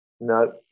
No